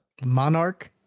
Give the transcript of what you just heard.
Monarch